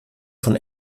von